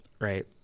right